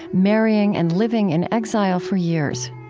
marrying and living in exile for years.